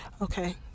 Okay